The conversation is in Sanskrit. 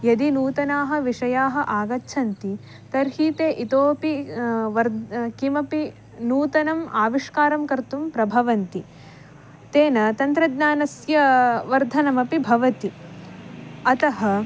यदि नूतनाः विषयाः आगच्छन्ति तर्हि ते इतोऽपि वर्धन्ते किमपि नूतनम् आविष्कारं कर्तुं प्रभवन्ति तेन तन्त्रज्ञानस्य वर्धनमपि भवति अतः